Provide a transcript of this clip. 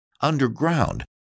underground